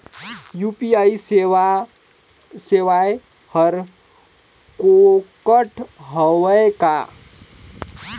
UPI सेवाएं हर फोकट हवय का?